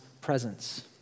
presence